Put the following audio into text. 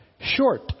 Short